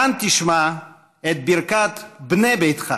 כאן תשמע את ברכת "בנה ביתך".